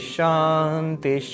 Shanti